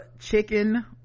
chicken